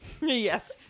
Yes